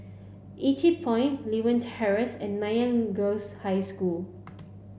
Yew Tee Point Lewin Terrace and Nanyang Girls' High School